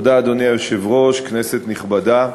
אדוני היושב-ראש, תודה, כנסת נכבדה,